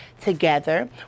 Together